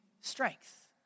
strength